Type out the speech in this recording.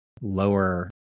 lower